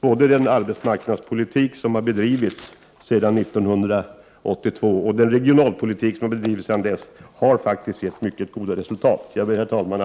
Både den arbetsmarknadspolitik som har bedrivits sedan 1982 och den regionalpolitik som har bedrivits sedan dess har faktiskt gett mycket goda resultat. Herr talman!